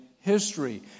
history